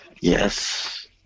Yes